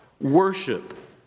worship